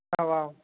औ औ